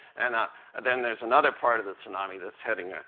and then there's another part of the tsunami that's heading ah